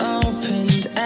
opened